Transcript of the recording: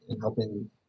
helping